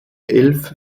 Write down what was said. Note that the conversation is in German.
elf